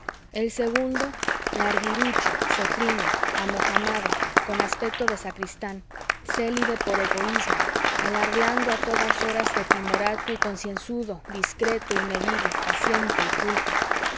el segundo larguirucho cetrino amojamado con aspecto de sacristán célibe por egoismo alardeando a todas horas de timorato y concienzudo discreto y medido paciente y culto